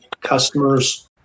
customers